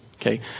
Okay